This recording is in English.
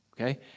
okay